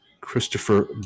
Christopher